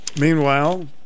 Meanwhile